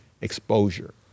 exposure